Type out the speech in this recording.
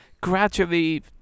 gradually